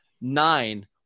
nine